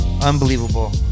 unbelievable